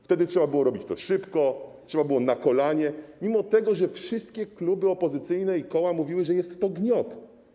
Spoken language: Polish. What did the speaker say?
Wtedy trzeba było robić to szybko, trzeba było to robić na kolanie, mimo że wszystkie kluby opozycyjne i koło mówiły, że jest to gniot.